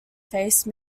face